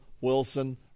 Wilson